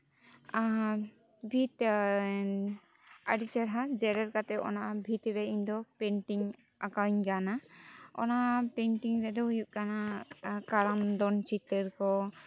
ᱵᱷᱤᱛ ᱟᱹᱰᱤ ᱪᱮᱦᱨᱟ ᱡᱮᱨᱮᱲ ᱠᱟᱛᱮ ᱵᱷᱤᱛᱨᱮ ᱤᱧ ᱫᱚ ᱯᱮᱱᱴᱤᱝ ᱟᱠᱟᱣᱤᱧ ᱜᱟᱱᱟ ᱚᱱᱟ ᱯᱮᱱᱴᱤᱝ ᱨᱮᱫᱚ ᱦᱩᱭᱩᱜ ᱠᱟᱱᱟ ᱠᱟᱨᱟᱢ ᱫᱚᱱ ᱪᱤᱛᱟᱹᱨ ᱠᱚ